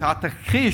אתה תכחיש,